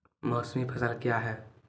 मौसमी फसल क्या हैं?